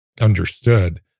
understood